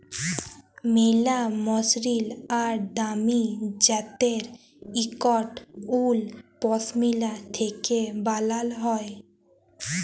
ম্যালা মসরিল আর দামি জ্যাত্যের ইকট উল পশমিলা থ্যাকে বালাল হ্যয়